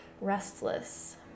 restless